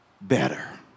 better